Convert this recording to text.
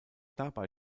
dabei